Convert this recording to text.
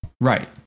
Right